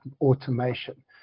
automation